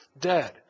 dead